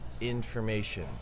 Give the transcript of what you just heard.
information